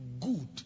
good